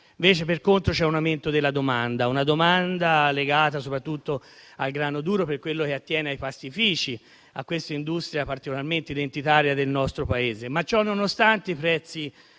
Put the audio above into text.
Per contro c'è un aumento della domanda, legata soprattutto al grano duro per quello che attiene ai pastifici, a questa industria particolarmente identitaria del nostro Paese; ma ciononostante i prezzi